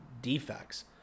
defects